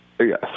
Yes